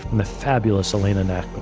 and the fabulous elena